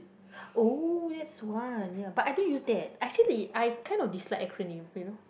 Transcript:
oh that's one ya but I don't use that actually I kind of dislike acronym you know